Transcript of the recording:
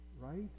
Right